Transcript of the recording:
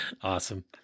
Awesome